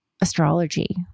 astrology